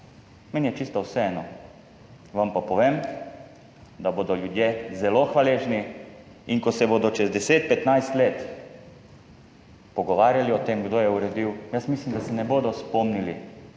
meni čisto vseeno. Vam pa povem, da bodo ljudje zelo hvaležni, in ko se bodo čez 10, 15 let pogovarjali o tem, kdo je uredil, mislim, da se ne bodo spomnili,